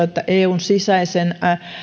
että eun sisäisen